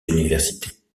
universités